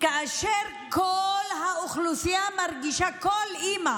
כאשר כל האוכלוסייה מרגישה, כל אימא